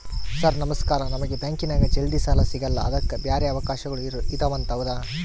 Sir ನಮಸ್ಕಾರ ನಮಗೆ ಬ್ಯಾಂಕಿನ್ಯಾಗ ಜಲ್ದಿ ಸಾಲ ಸಿಗಲ್ಲ ಅದಕ್ಕ ಬ್ಯಾರೆ ಅವಕಾಶಗಳು ಇದವಂತ ಹೌದಾ?